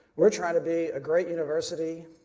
we are trying to be a great university